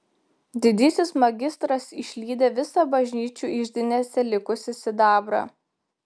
didysis magistras išlydė visą bažnyčių iždinėse likusį sidabrą